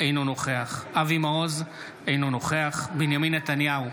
אינו נוכח אבי מעוז, אינו נוכח בנימין נתניהו,